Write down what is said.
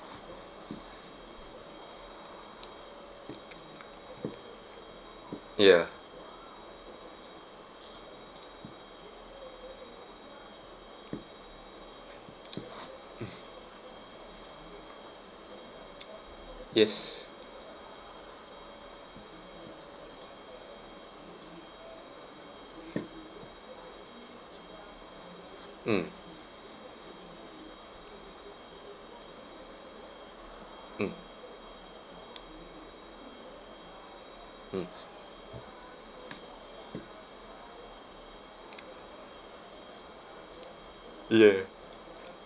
ya yes mm mm mm ya